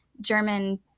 German